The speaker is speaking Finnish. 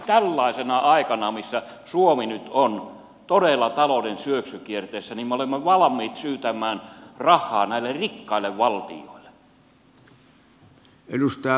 tällaisena aikana missä suomi nyt on todella talouden syöksykierteessä me olemme valmiit syytämään rahaa näille rikkaille valtioille